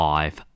Five